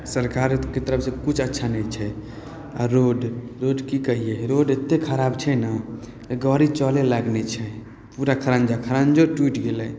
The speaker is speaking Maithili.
सरकारके तरफ किछु अच्छा नहि छै आओर रोड रोड कि कहिए रोड एतेक खराब छै ने गाड़ी चलै लाइक नहि छै पूरा खड़ञ्जा खड़ञ्जो टुटि गेलै